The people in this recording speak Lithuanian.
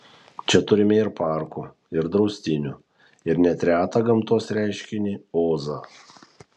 čia turime ir parkų ir draustinių ir net retą gamtos reiškinį ozą